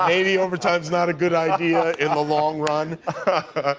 maybe overtime's not a good idea in the long run.